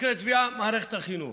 מקרי טביעה, מערכת החינוך.